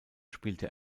spielte